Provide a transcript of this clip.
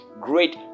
great